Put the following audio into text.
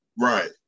Right